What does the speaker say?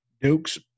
Duke's